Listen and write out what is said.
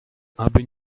aby